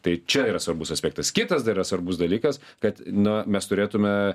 tai čia yra svarbus aspektas kitas dar yra svarbus dalykas kad na mes turėtume